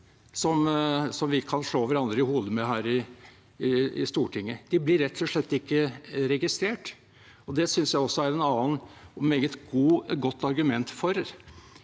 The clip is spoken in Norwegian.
som vi kan slå hverandre i hodet med her i Stortinget. De blir rett og slett ikke registrert. Det synes jeg også er et annet og meget godt argument for